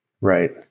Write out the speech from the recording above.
Right